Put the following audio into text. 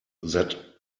that